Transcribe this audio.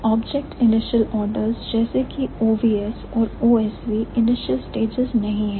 object initial orders जैसे कि OVS और OSV initial stages नहीं है